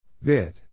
Vid